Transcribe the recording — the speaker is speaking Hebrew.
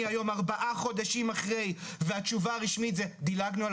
היום ארבעה חודשים אחרי והתשובה הרשמית זה דילגנו על